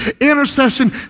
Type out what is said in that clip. Intercession